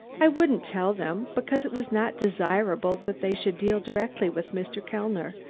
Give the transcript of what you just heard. i wouldn't tell them, because it was not desirable that they should deal directly with mr. kellner,